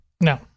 No